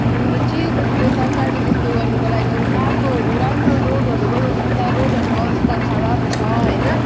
हाम्रो चाहिँ त्यस्तो सरकारले त्यस्तो गर्नुको लागि बाटोहरू राम्रो रोडहरू गराउनुपर्छ रोडहरूको अवस्था खराब छ होइन